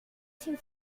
sin